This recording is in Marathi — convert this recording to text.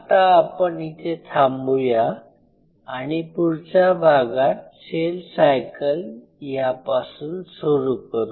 आता आपण इथे थांबू या आणि पुढच्या भागात सेल सायकल यापासून सुरु करू